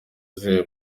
zihe